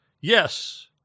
Yes